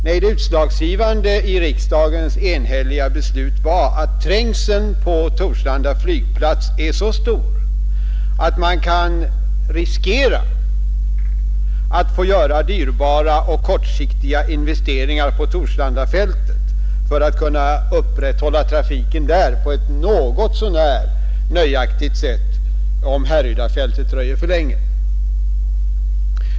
Nej, det utslagsgivande i riksdagens enhälliga beslut var att trängseln på Torslanda flygplats är så stor, att man kan riskera att man måste göra dyrbara och kortsiktiga investeringar på Torslandafältet för att kunna upprätthålla trafiken där på ett något så när nöjaktigt sätt, om Härrydafältet dröjer för länge.